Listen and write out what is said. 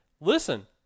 Listen